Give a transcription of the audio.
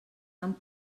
tant